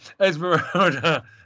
Esmeralda